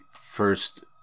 first